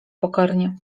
pokornie